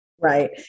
Right